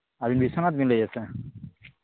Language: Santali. ᱟᱹᱵᱤᱱ ᱵᱤᱥᱥᱚᱱᱟᱛᱷ ᱵᱤᱱ ᱞᱟᱹᱭᱮᱫᱟ ᱥᱮ